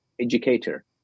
educator